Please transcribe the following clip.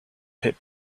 pit